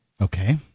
Okay